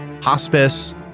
hospice